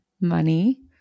money